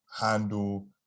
handle